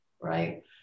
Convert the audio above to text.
right